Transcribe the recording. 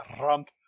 Rump